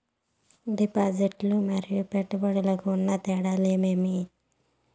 డిపాజిట్లు లు మరియు పెట్టుబడులకు ఉన్న తేడాలు ఏమేమీ?